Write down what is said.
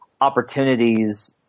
opportunities